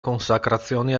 consacrazione